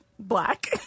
Black